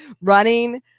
running